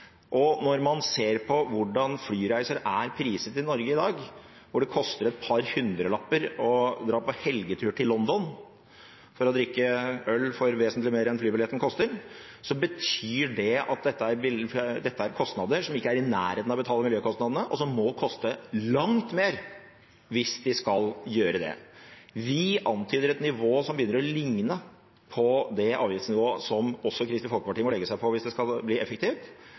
Og når man ser på hvordan flyreiser er priset i Norge i dag, hvor det koster et par hundrelapper å dra på helgetur til London for å drikke øl for vesentlig mer enn flybilletten koster, betyr det at dette er kostnader som ikke er i nærheten av å betale for miljøkostnadene, og som må være langt høyere hvis de skal gjøre det. Vi antyder et nivå som begynner å ligne på det avgiftsnivået som også Kristelig Folkeparti må legge seg på hvis det skal bli effektivt.